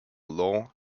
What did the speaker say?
law